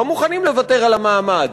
לא מוכנים לוותר על המעמד,